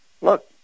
look